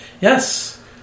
yes